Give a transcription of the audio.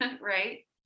right